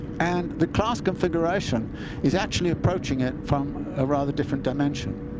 and the class configuration is actually approaching it from a rather different dimension.